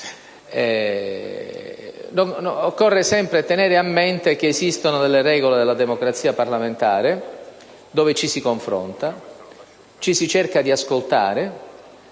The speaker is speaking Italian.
occorre sempre tenere a mente che esistono le regole della democrazia parlamentare, dove ci si confronta, ci si cerca di ascoltare